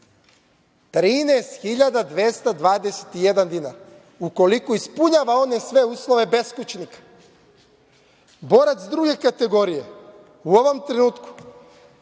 13.221 dinar, ukoliko ispunjava sve uslove beskućnika; borac druge kategorije u ovom trenutku